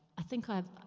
i think i've,